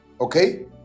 okay